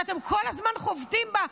שאתם כל הזמן חובטים בה,